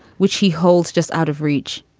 which he holds just out of reach.